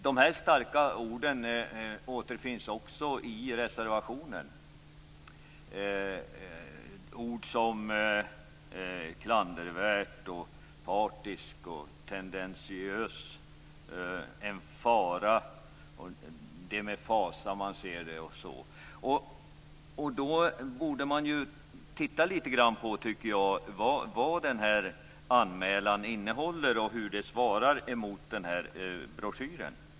De starka orden återfinns också i reservationen. Det är ord som klandervärt, partiskt, tendentiöst, fara, fasa osv. Men man borde titta på vad anmälan innehåller och hur den svarar mot broschyren.